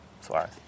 Suarez